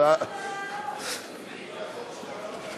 חמש דקות.